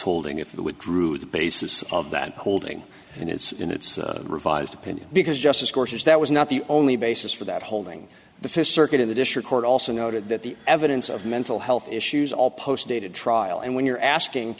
holding if it would drew the basis of that holding and its in its revised opinion because justice courses that was not the only basis for that holding the fifth circuit of the disher court also noted that the evidence of mental health issues all post dated trial and when you're asking